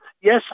yes